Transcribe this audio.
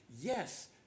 Yes